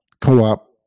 co-op